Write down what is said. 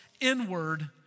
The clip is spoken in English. inward